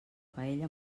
paella